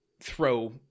throw